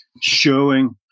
showing